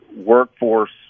workforce